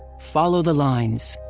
follow the lines!